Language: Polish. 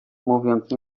mówiąc